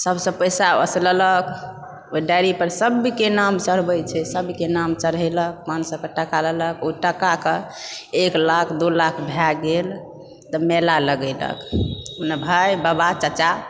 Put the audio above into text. सबसे पैसा वसुललक ओहि डायरी पर सबके नाम चढ़बै छै सबके नाम चढ़ेलक पाँच सए के टका लेलक ओहि टकाके एक लाख दू लाख भए गेल तऽ मेला लगेलक भाय बाबा चाचा